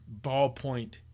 ballpoint